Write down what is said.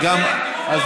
אמרת שאני,